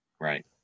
Right